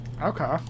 Okay